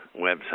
website